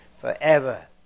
forever